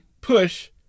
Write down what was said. push